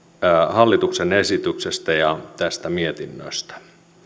hallituksen esityksestä ja tästä mietinnöstä